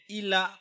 ila